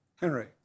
Henry